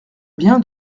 bien